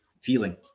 feeling